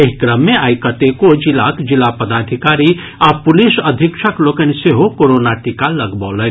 एहि क्रम मे आइ कतेको जिलाक जिलापदाधिकारी आ पुलिस अधीक्षक लोकनि सेहो कोरोना टीका लगबौलनि